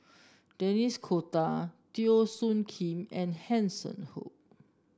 Denis D'Cotta Teo Soon Kim and Hanson Ho